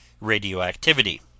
radioactivity